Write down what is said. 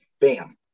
Bam